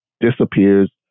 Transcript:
disappears